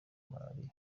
malariya